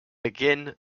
begin